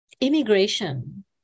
immigration